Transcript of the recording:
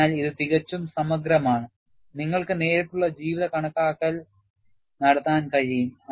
അതിനാൽ ഇത് തികച്ചും സമഗ്രമാണ് നിങ്ങൾക്ക് നേരിട്ടുള്ള ജീവിത കണക്കാക്കൽ നടത്താൻ കഴിയും